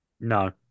No